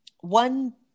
one